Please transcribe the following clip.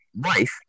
life